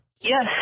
Yes